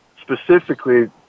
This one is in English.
specifically